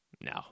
No